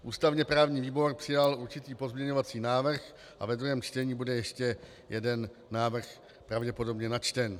Ústavněprávní výbor přijal určitý pozměňovací návrh a ve druhém čtení bude ještě jeden návrh pravděpodobně načten.